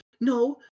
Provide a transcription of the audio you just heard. no